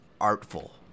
artful